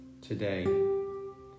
today